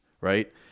right